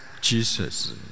Jesus